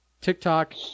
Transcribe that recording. TikTok